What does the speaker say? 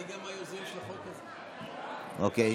אוקיי.